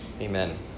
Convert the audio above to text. Amen